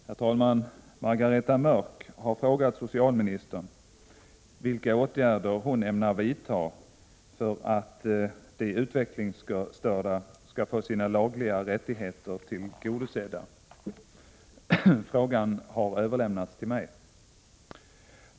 Herr talman! Margareta Mörck har frågat socialministern vilka åtgärder hon ämnar vidta för att de utvecklingsstörda skall få sina lagliga rättigheter tillgodosedda. Frågan har överlämnats till mig.